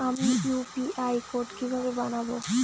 আমি UPI code কিভাবে বানাব?